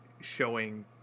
showing